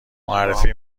معرفی